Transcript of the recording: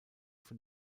von